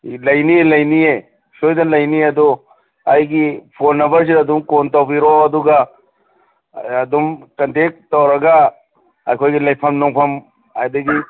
ꯂꯩꯅꯤ ꯂꯩꯅꯤꯌꯦ ꯁꯣꯏꯗꯅ ꯂꯩꯅꯤꯌꯦ ꯑꯗꯣ ꯑꯩꯒꯤ ꯐꯣꯟ ꯅꯝꯕꯔꯁꯤꯗ ꯑꯗꯨꯝ ꯀꯣꯟ ꯇꯧꯕꯤꯔꯛꯑꯣ ꯑꯗꯨꯒ ꯑꯗꯨꯝ ꯀꯟꯇꯦꯛ ꯇꯧꯔꯒ ꯑꯩꯈꯣꯏꯒꯤ ꯂꯩꯐꯝ ꯅꯨꯡꯐꯝ ꯑꯗꯒꯤ